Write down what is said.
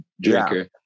drinker